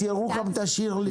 את ירוחם תשאיר לי.